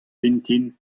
vintin